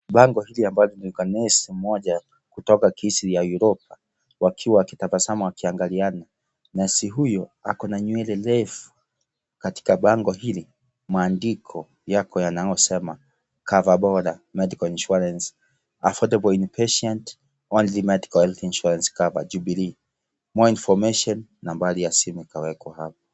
Bango hili ambalo liko na nesi mmoja kutoka kisii ya yuroba wakiwa waki tabasamu wakiangaliana nesi huyo ako na nywele refu, katika bango hili maandiko yako yanayosema cover bora medical insurance affordable in impatient only medical health insurance cover jubilee more information nambari ya simu ikawekwa hapo.